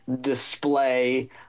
display